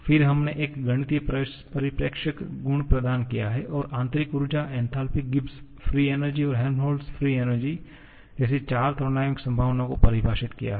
फिर हमने एक गणितीय परिप्रेक्ष्य गुण प्रदान कीया है और आंतरिक ऊर्जा एन्थालपी गिब्स मुक्त ऊर्जा और हेल्महोल्त्ज़ मुक्त ऊर्जा जैसी चार थर्मोडायनामिक संभावनाओं को परिभाषित किया है